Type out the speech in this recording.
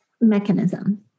mechanism